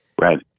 Right